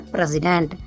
President